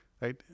right